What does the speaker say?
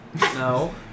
No